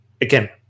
Again